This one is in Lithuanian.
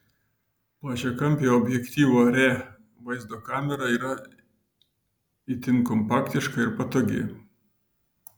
plačiakampio objektyvo re vaizdo kamera yra itin kompaktiška ir patogi